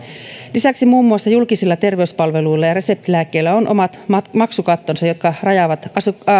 lisäksi muun muassa julkisilla terveyspalveluilla ja reseptilääkkeillä on omat maksukattonsa jotka rajaavat